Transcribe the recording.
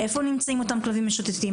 איפה נמצאים אותם כלבים משוטטים,